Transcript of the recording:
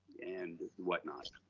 and whatnot.